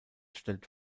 stellt